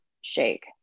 shake